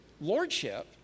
lordship